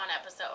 episode